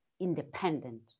independent